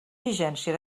vigència